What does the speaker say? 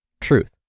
Truth